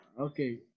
Okay